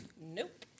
Nope